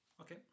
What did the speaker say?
Okay